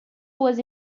was